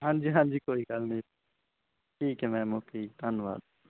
ਹਾਂਜੀ ਹਾਂਜੀ ਕੋਈ ਗੱਲ ਨਹੀਂ ਠੀਕ ਹੈ ਮੈਮ ਓਕੇ ਜੀ ਧੰਨਵਾਦ